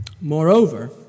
Moreover